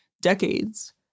decades